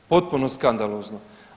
Potpuno skandalozno!